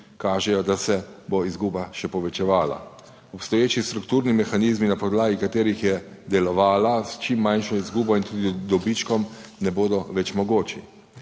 kažejo, da se bo izguba še povečevala. Obstoječi strukturni mehanizmi, na podlagi katerih je delovala s čim manjšo izgubo in tudi dobičkom, ne bodo več mogoči.